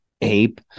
ape